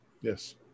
Yes